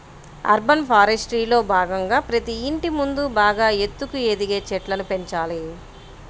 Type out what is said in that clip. urban ఫారెస్ట్రీలో భాగంగా ప్రతి ఇంటి ముందు బాగా ఎత్తుగా ఎదిగే చెట్లను పెంచాలి